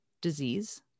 disease